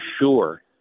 sure